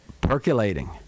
percolating